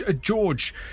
George